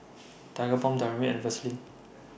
Tigerbalm Dermaveen and Vaselin